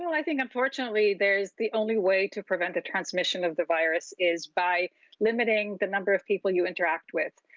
and i think, unfortunately, there's the only way to prevent the transmission of the virus is by limiting the number of people you interact with.